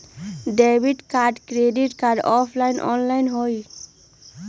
Debit card credit card offline online होई?